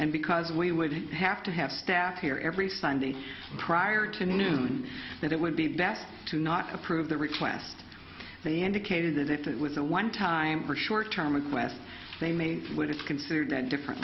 and because we would have to have staff here every sunday prior to noon that it would be best to not approve the request they indicated that if it was a one time or short term request they made what is considered a different